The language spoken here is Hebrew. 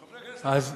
חברי הכנסת הערבים,